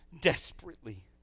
desperately